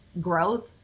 growth